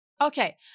Okay